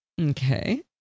Okay